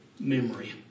Memory